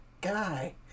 guy